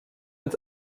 uns